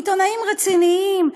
עיתונאים רציניים,